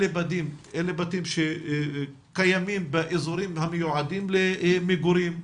אלה בתים שקיימים באזורים המיועדים למגורים,